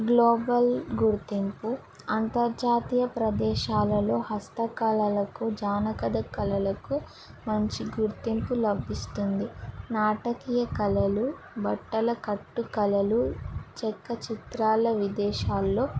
global గుర్తింపు అంతర్జాతీయ ప్రదేశాలలో హస్తకళలకు జానకథ కళలకు మంచి గుర్తింపు లభిస్తుంది నాటకీయ కళలు బట్టల కట్టు కళలు చెక్క చిత్రాల విదేశాల్లో